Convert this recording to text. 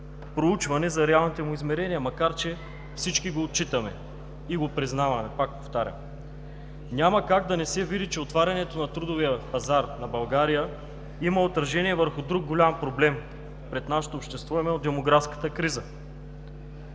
проучване за реалните му измерения, макар че всички го отчитаме и го признаваме, пак повтарям, няма как да не се види, че отварянето на трудовия пазар на България има отражение върху друг голям проблем пред нашето общество, именно демографската криза.